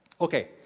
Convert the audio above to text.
Okay